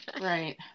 Right